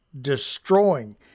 destroying